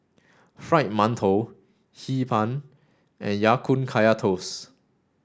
Fried Mantou Hee Pan and Ya Kun Kaya Toast